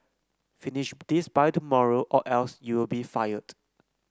finish this by tomorrow or else you'll be fired